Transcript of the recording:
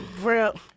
real